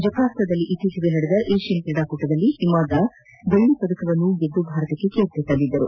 ಜರ್ಕಾತದಲ್ಲಿ ಇತ್ತೀಚೆಗೆ ನಡೆದ ಏಷ್ಲಿಯನ್ ಕ್ರೀಡಾಕೂಟದಲ್ಲಿ ಹಿಮಾದಾಸ್ ಬೆಳ್ಳಿ ಪದಕವನ್ನೂ ಗೆದ್ದು ಭಾರತಕ್ಕೆ ಕೀರ್ತಿ ತಂದಿದ್ದರು